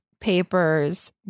Papers